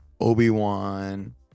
Obi-Wan